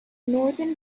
northern